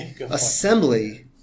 Assembly